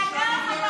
חנוך,